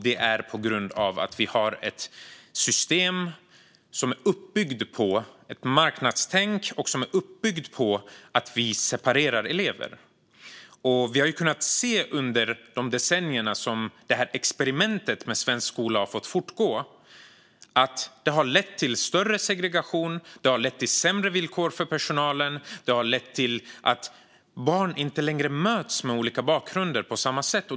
Det är på grund av att systemet är uppbyggt på ett marknadstänk och att vi separerar elever. De decennier som experimentet i svensk skola har fått fortgå har lett till större segregation, till sämre villkor för personalen och till att barn med olika bakgrunder inte längre möts.